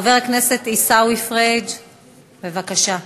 חבר הכנסת עיסאווי פריג', בבקשה.